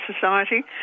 society